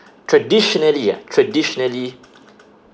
traditionally ah traditionally